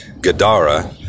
Gadara